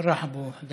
(אומר בערבית: לאן הלך אבו חוד'יפה?)